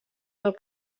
del